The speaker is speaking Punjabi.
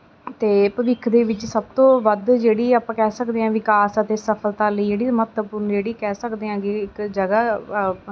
ਅਤੇ ਭਵਿੱਖ ਦੇ ਵਿੱਚ ਸਭ ਤੋਂ ਵੱਧ ਜਿਹੜੀ ਆਪਾਂ ਕਹਿ ਸਕਦੇ ਹਾਂ ਵਿਕਾਸ ਅਤੇ ਸਫਲਤਾ ਲਈ ਜਿਹੜੀ ਮਹੱਤਵਪੂਰਨ ਜਿਹੜੀ ਕਹਿ ਸਕਦੇ ਹਾਂ ਕਿ ਇੱਕ ਜਗ੍ਹਾ